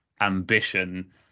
ambition